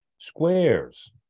Squares